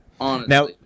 Now